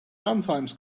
sometimes